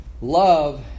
love